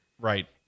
right